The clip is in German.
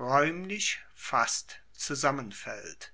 raeumlich fast zusammenfaellt